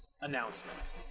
announcement